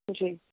جی